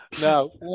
No